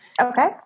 Okay